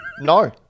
No